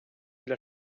для